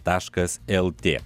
taškas lt